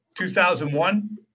2001